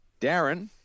Darren